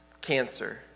Cancer